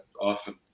often